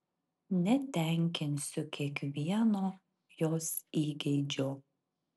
netenkinsiu kiekvieno jos įgeidžio